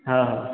ହଁ ହଁ